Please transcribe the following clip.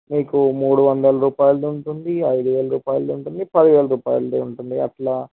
మీకు మూడు వందల రూపాయలది ఉంటుంది ఐదు వేల రూపాయలది ఉంటుంది పది వేల రూపాయలదే ఉంటుంది అట్లా